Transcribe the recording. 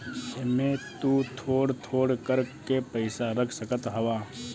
एमे तु थोड़ थोड़ कर के पैसा रख सकत हवअ